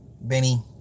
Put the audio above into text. Benny